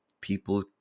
people